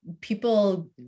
people